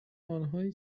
آنهایی